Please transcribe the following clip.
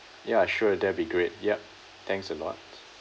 ya sure that'll be great yup thanks a lot